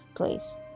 place